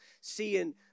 seeing